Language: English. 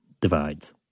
divides